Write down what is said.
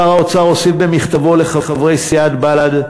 שר האוצר הוסיף במכתבו לחברי סיעת בל"ד,